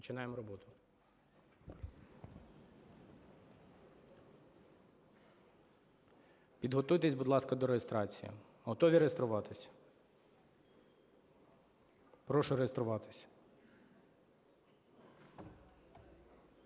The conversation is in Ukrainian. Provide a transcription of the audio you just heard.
Підготуйтесь, будь ласка, до реєстрації. Готові реєструватись? Прошу реєструватися.